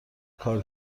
کار